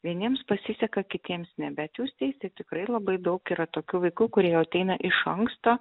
vieniems pasiseka kitiems ne bet jūs teisi tikrai labai daug yra tokių vaikų kurie ateina iš anksto